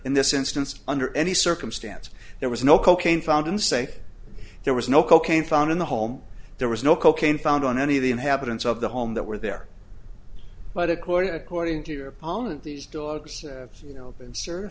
in this instance under any circumstances there was no cocaine found in say there was no cocaine found in the home there was no cocaine found on any of the inhabitants of the home that were there but according according to your opponent these dogs you know